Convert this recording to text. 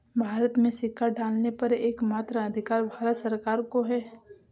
भारत में सिक्का ढालने का एकमात्र अधिकार भारत सरकार को है